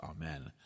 Amen